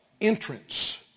entrance